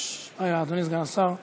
אדוני סגן השר ממתין.